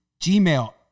Gmail